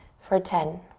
for ten,